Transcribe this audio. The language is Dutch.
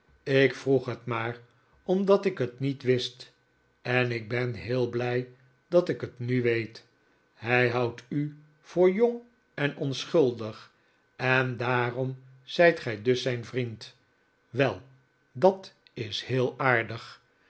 ik vroeg het maar omdat ik het niet wist en ik beii heel blij dat ik het nu weet hij houdt u voor jong en onschuldig en daarom zijt gij dus zijn vriend wel de bediende van steerforth dat is heel aardig